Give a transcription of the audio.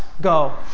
go